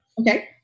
Okay